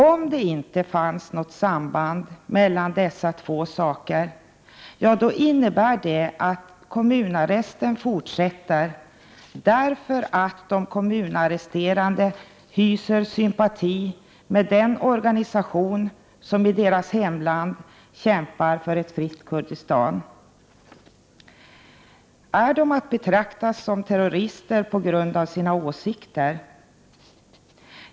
Om det inte fanns något samband mellan dessa två saker, innebär det att kommunarresten fortsätter därför att de kommunarresterade hyser sympati för den organisation som i deras hemland kämpar för ett fritt Kurdistan. Är de att betraktas som terrorister på grund av sina åsikter?